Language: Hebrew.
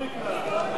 שעה),